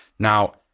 Now